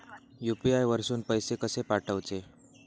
UPI वरसून पैसे कसे पाठवचे?